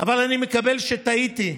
אבל אני מקבל שטעיתי,